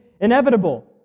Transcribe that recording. inevitable